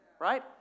right